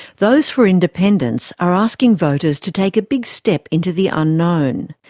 those for independence are asking voters to take a big step into the unknown.